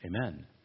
amen